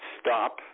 Stop